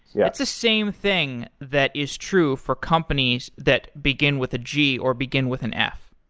yeah it's the same thing that is true for companies that begin with a g or begin with an f.